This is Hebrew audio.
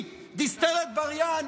היא, דיסטל אטבריאן,